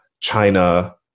China